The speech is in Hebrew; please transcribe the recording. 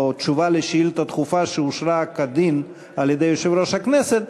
או תשובה על שאילתה דחופה שאושרה כדין על-ידי יושב-ראש הכנסת,